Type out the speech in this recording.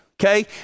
okay